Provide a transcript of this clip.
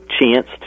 chance